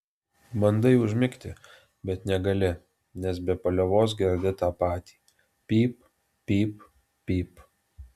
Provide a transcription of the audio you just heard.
bandai užmigti bet negali nes be paliovos girdi tą patį pyp pyp pyp